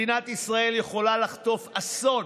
מדינת ישראל יכולה לחטוף אסון: